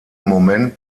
moment